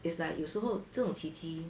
it's like 有时候这种奇迹